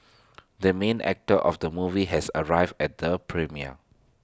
the main actor of the movie has arrived at the premiere